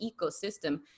ecosystem